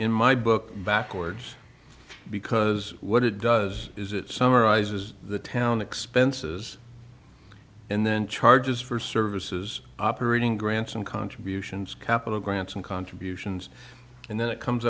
in my book backwards because what it does is it summarizes the town expenses and then charges for services operating grants and contributions capital grants and contributions and then it comes